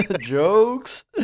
Jokes